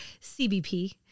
CBP